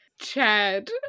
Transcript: chad